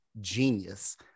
genius